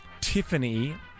Tiffany